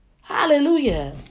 hallelujah